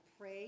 pray